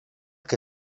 que